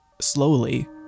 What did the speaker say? slowly